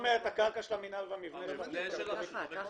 והמבנה של הרשות.